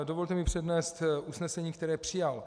Dovolte mi přednést usnesení, které přijal.